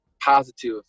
positive